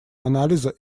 анализа